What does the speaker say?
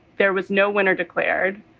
there was no winner declared.